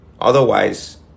Otherwise